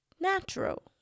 natural